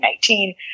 2019